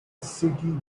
city